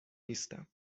نیستم